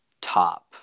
top